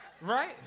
Right